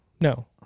No